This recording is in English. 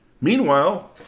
Meanwhile